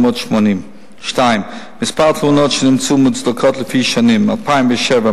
880. 2. מספר התלונות שנמצאו מוצדקות לפי שנים: 2007,